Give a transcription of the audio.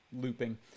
looping